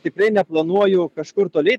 tikrai neplanuoju kažkur toli